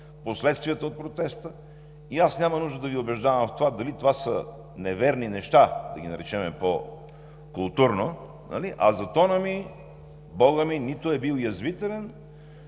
последствията от протеста и няма нужда да Ви убеждавам в това дали това са неверни неща – да ги наречем по културно, нали? За тона ми – бога ми, нито е бил язвителен...